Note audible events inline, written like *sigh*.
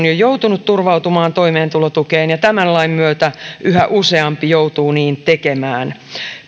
*unintelligible* jo joutuneet turvautumaan toimeentulotukeen ja tämän lain myötä yhä useampi joutuu niin tekemään